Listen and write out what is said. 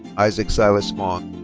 isaac silas vaughn.